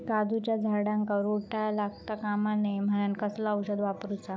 काजूच्या झाडांका रोटो लागता कमा नये म्हनान कसला औषध वापरूचा?